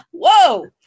whoa